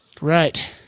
Right